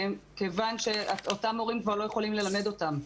כיוון שאותם מורים כבר לא יכולים ללמד אותם.